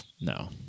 No